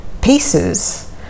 pieces